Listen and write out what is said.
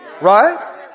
right